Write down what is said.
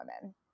women